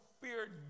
feared